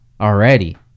already